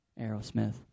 Aerosmith